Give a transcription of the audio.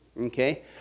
Okay